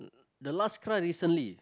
the last cry recently